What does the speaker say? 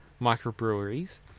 microbreweries